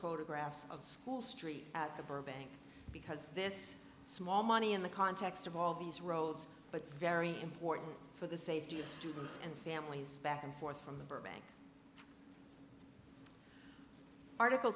photographs of school st at the burbank because this small money in the context of all these roads but very important for the safety of students and families back and forth from the burbank article